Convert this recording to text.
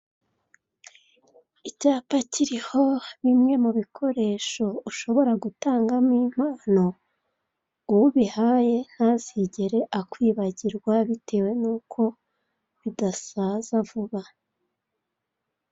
Icyapa kiriho bimwe mubikoresho ushobora gutangamo impano uwo ubihaye ntazigere akwibagirwa bitewe nuko bidasaza vuba.